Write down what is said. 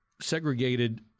segregated